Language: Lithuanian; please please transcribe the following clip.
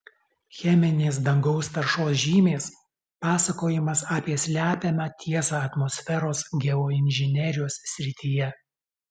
cheminės dangaus taršos žymės pasakojimas apie slepiamą tiesą atmosferos geoinžinerijos srityje